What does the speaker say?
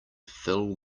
fill